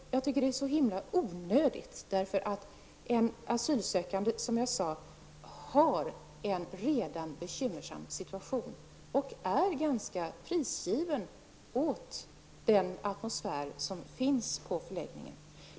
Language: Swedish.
Det är himla onödigt. De asylsökande har redan en bekymmersam situation och är ganska prisgivna åt atmosfären på förläggningen.